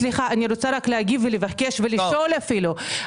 אני רוצה רק להגיב ולבקש ולשאול אפילו,